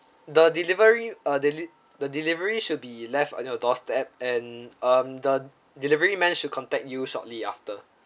the delivery uh deli~ the delivery should be left on your doorstep and um the delivery manage to contact you shortly after